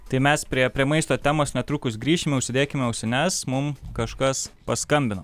tai mes prie prie maisto temos netrukus grįšim užsidėkime ausines mum kažkas paskambino